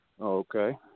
Okay